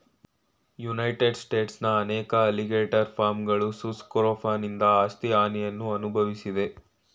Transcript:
United ಸ್ಟೇಟ್ಸ್ನ ಅನೇಕ alligator ಫಾರ್ಮ್ಗಳು ಸುಸ್ ಸ್ಕ್ರೋಫನಿಂದ ಆಸ್ತಿ ಹಾನಿಯನ್ನು ಅನ್ಭವ್ಸಿದೆ